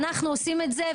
ואנחנו עושים את זה,